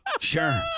Sure